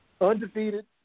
Undefeated